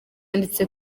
yanditse